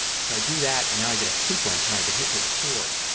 so i do that and now i get a sequence and i can hit record.